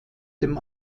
dem